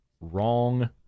Wrong